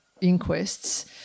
inquests